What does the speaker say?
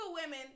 women